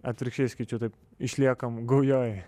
atvirkščiai sakyčiau taip išliekam gaujoj